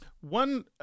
One